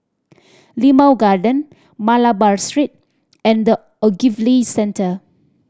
Limau Garden Malabar Street and The Ogilvy Centre